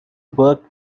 worked